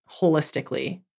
holistically